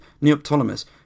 Neoptolemus